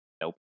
Nope